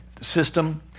system